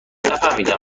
نفهمیدم